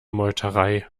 meuterei